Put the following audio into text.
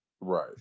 Right